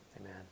amen